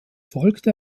folgte